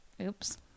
oops